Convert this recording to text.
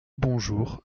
bonjour